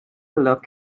look